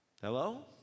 Hello